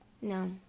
No